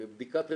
לבדיקת רעלים.